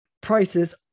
Prices